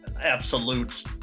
absolute